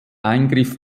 eingriff